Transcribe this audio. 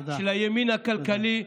של הימין הכלכלי,